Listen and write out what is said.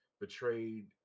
betrayed